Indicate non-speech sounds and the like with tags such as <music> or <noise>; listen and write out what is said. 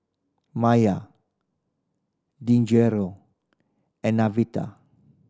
Mya Deangelo and <unintelligible>